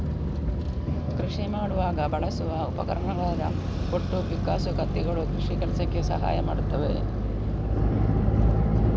ಕೃಷಿ ಮಾಡುವಾಗ ಬಳಸುವ ಉಪಕರಣಗಳಾದ ಕೊಟ್ಟು, ಪಿಕ್ಕಾಸು, ಕತ್ತಿಗಳು ಕೃಷಿ ಕೆಲಸಕ್ಕೆ ಸಹಾಯ ಮಾಡ್ತವೆ